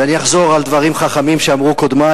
ואני אחזור על דברים חכמים שאמרו קודמי.